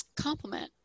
complement